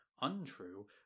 untrue